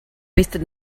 wasted